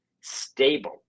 stable